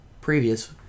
previous